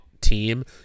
team